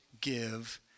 give